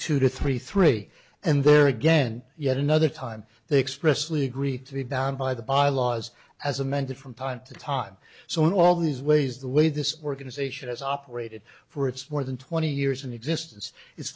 two two three three and there again yet another time they express lee agree to be bound by the bylaws as amended from time to time so in all these ways the way this organization has operated for its more than twenty years in existence i